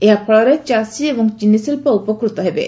ଏହାଫଳରେ ଚାଷୀ ଏବଂ ଚିନିଶିଳ୍ପ ଉପକୃତ ହେବେ